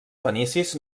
fenicis